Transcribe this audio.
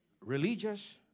religious